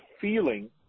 feeling